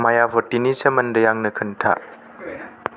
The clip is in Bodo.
मायाभटिनि सोमोन्दै आंनो खोन्था